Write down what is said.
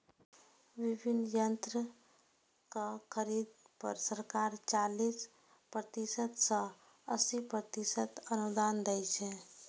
विभिन्न यंत्रक खरीद पर सरकार चालीस प्रतिशत सं अस्सी प्रतिशत अनुदान दै छै